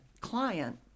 client